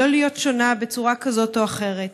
לא להיות שונה בצורה כזאת או אחרת,